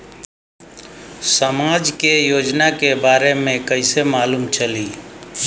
समाज के योजना के बारे में कैसे मालूम चली?